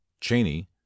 Cheney